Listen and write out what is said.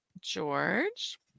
George